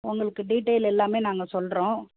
உங்களுக்கு டீட்டெயில் எல்லாம் நாங்கள் சொல்கிறோம்